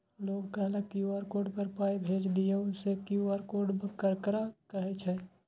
लोग कहलक QR code पर पाय भेज दियौ से क्यू.आर कोड ककरा कहै छै?